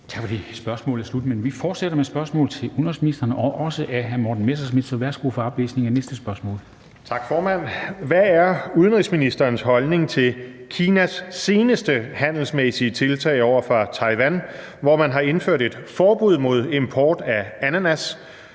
nr. S 1288 3) Til udenrigsministeren af: Morten Messerschmidt (DF): Hvad er udenrigsministerens holdning til Kinas seneste handelsmæssige tiltag over for Taiwan, hvor man har indført et forbud mod import af ananas,